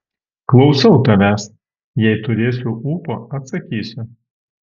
klausau tavęs jei turėsiu ūpo atsakysiu